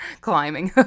climbing